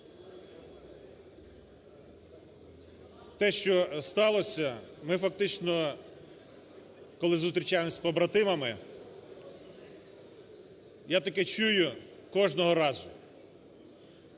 Те, що сталося, ми фактично коли зустрічаємося з побратимами, я таке чую кожного разу.